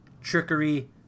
trickery